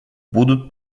будут